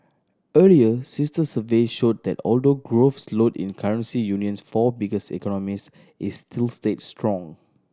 earlier sister surveys showed that although growth slowed in currency union's four biggest economies it still stayed strong